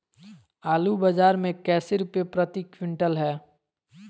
आलू बाजार मे कैसे रुपए प्रति क्विंटल है?